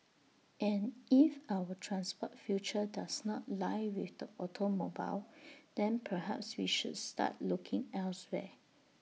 and if our transport future does not lie with the automobile then perhaps we should start looking elsewhere